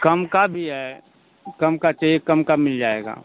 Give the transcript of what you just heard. कम का भी है कम का चाहिए कम का मिल जाएगा